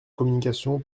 communication